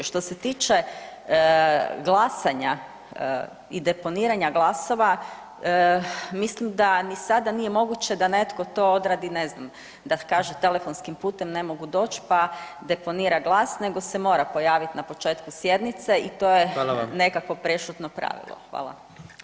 Što se tiče glasanja i deponiranja glasova, mislim da ni sada nije moguće da netko to odradi ne znam, da kaže telefonskim putem ne mogu doći pa deponira glas nego se mora pojaviti na početku sjednice [[Upadica: Hvala vam.]] i to je nekakvo prešutno pravilo.